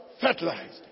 Fertilized